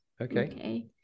okay